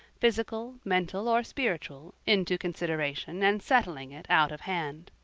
physical, mental or spiritual, into consideration and settling it out of hand.